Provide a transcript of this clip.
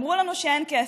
אמרו לנו שאין כסף,